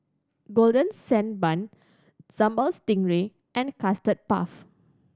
Golden Sand Bun Sambal Stingray and Custard Puff